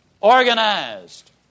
Organized